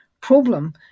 problem